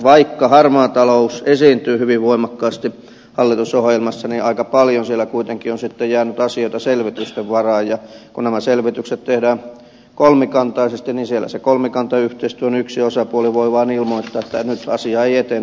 vaikka harmaa talous esiintyy hyvin voimakkaasti hallitusohjelmassa niin aika paljon siellä kuitenkin on jäänyt asioita selvitysten varaan ja kun nämä selvitykset tehdään kolmikantaisesti niin siellä se kolmikantayhteistyön yksi osapuoli voi vaan ilmoittaa että nyt asia ei etene ja silloin se ei etene